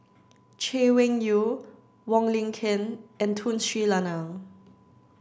Chay Weng Yew Wong Lin Ken and Tun Sri Lanang